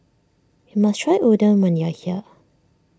you must try Udon when you are here